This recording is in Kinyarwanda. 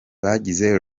bagize